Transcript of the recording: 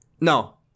No